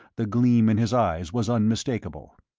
the gleam in his eyes was unmistakable.